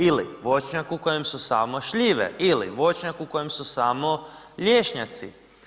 Ili voćnjak u kojem su samo šljive ili voćnjak u kojem su samo lješnjaci.